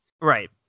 right